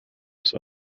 zur